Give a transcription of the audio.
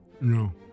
No